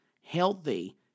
healthy